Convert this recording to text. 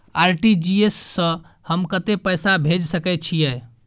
RTG S स हम कत्ते पैसा भेज सकै छीयै?